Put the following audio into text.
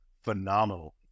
phenomenal